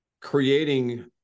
creating